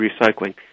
Recycling